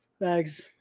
Thanks